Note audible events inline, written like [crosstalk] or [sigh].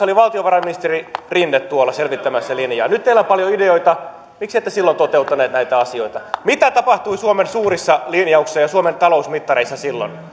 [unintelligible] oli valtiovarainministeri rinne tuolla selvittämässä linjaa nyt teillä on paljon ideoita miksi ette silloin toteuttaneet näitä asioita mitä tapahtui suomen suurissa linjauksissa ja suomen talousmittareissa silloin